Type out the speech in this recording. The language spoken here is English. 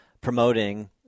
promoting